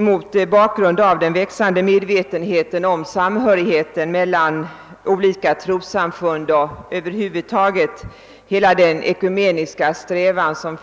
Mot bakgrund av den växande medvetenheten om samhörigheten mellan olika trossamfund och över huvud taget hela den ekumeniska strävan som